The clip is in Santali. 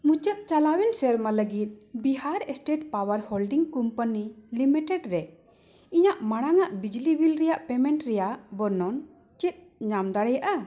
ᱢᱩᱪᱟᱹᱫ ᱪᱟᱞᱟᱣᱮᱱ ᱥᱮᱨᱢᱟ ᱞᱟᱹᱜᱤᱫ Bihar state power holding company limited ᱨᱮ ᱤᱧᱟᱹᱜ ᱢᱟᱲᱟᱝᱟᱜ ᱵᱤᱡᱽᱞᱤ ᱵᱤᱞ ᱨᱮᱭᱟᱜ ᱯᱮᱹᱢᱮᱹᱱᱴ ᱨᱮᱭᱟᱜ ᱵᱚᱨᱱᱚᱱ ᱪᱮᱫ ᱧᱟᱢ ᱫᱟᱲᱮᱭᱟᱜᱼᱟ